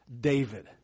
David